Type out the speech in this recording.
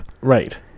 Right